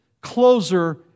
closer